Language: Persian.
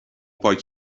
پاک